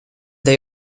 they